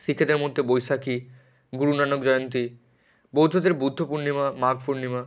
শিখেদের মধ্যে বৈশাখী গুরু নানক জয়ন্তী বৌদ্ধদের বুদ্ধ পূর্ণিমা মাঘ পূর্ণিমা